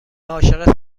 عاشق